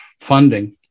funding